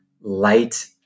light